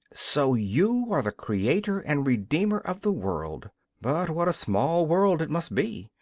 so you are the creator and redeemer of the world but what a small world it must be!